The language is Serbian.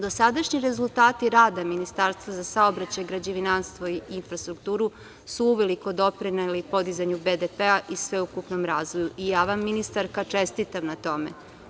Dosadašnji rezultati rada Ministarstva za saobraćaj, građevinarstvo i infrastrukturu su uveliko doprineli podizanju BDP-a i sveukupnom razvoju i ja vam, ministarka, čestitam na tome.